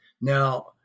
Now